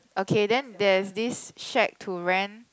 okay there's this shack to rent